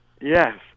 yes